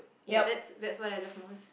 ya that's that's what I love most